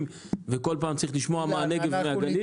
וכל פעם צריך לשמוע מה בנגב ובגליל.